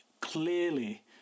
clearly